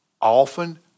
often